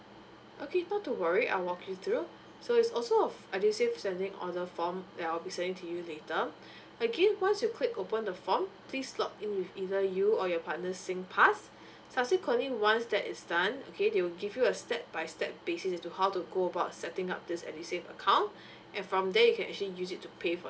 okay not to worry I'll walk you through so is also an edusave standing order form that I'll be sending to you later again once you've click open the form please log in with either you or your partner's singpass subsequently once that is done okay they will give you a step by step basis as to how to go about setting up this edusave account and from there you can actually use it to pay for